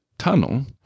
tunnel